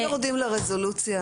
לא יורדים לרזולוציה הזו.